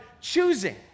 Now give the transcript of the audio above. choosing